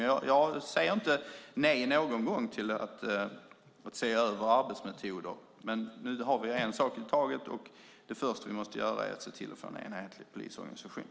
Jag säger inte nej till att någon gång se över arbetsmetoder, men nu tar vi en sak i taget. Det första vi måste göra är att se till att få en enhetlig polisorganisation.